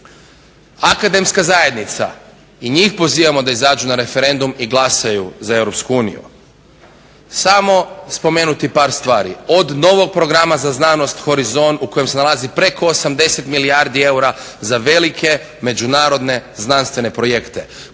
Akademska zajednica i njih pozivamo da izađu na referendum i glasuju za Europsku uniju. Samo spomenuti par stvari. Od novog programa za znanost Horizon u kojem se nalazi preko 80 milijardi eura za velike međunarodne znanstvene projekte